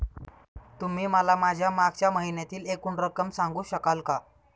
तुम्ही मला माझ्या मागच्या महिन्यातील एकूण रक्कम सांगू शकाल का?